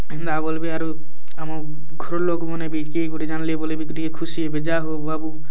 ଏନ୍ତା ବୋଲ୍ବେ ଆରୁ ଆମର୍ ଘରର୍ ଲୋକ୍ ମାନେ ବି କିଏ ଗୁଟେ ଜାଣ୍ଲେ ବେଲେ ବି ଟିକେ ଖୁସି ହେବେ ଯାହା ହେଉ ବାବୁ